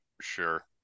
Sure